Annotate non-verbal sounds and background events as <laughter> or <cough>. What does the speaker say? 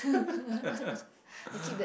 <laughs>